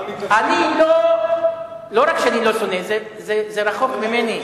המתנחלים, לא רק שאני לא שונא, זה רחוק ממני.